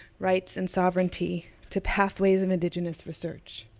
rights and sovereignty to pathways in indigenous research.